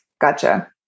Gotcha